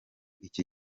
iki